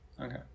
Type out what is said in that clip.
Okay